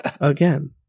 again